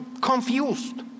confused